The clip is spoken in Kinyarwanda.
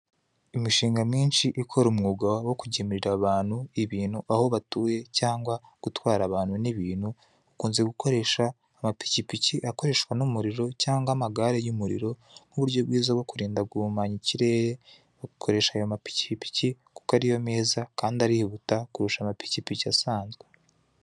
Imishinga myinshi ikora umwuga wo kugemurira abantu ibintu aho batuye cyangwa gutwara abantu n'ibintu, bukunze gukoresha amapikipiki akoreshwa n'umuriro cyanwa amagare y'umuriro, nk'uburyo bwiza bwo kurinda guhumanya ikirere, ukoresha aya mapikipiki kuko ariyo meza, kandi arihuta kurusha amapikipiki asanzwe.